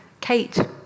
Kate